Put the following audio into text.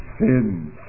sins